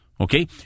Okay